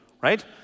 Right